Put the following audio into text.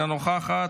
אינה נוכחת,